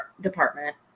department